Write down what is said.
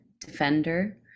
defender